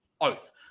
Oath